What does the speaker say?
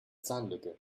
zahnlücke